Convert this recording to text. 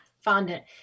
fondant